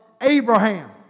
Abraham